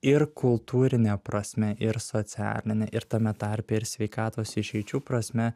ir kultūrine prasme ir socialine ir tame tarpe ir sveikatos išeičių prasme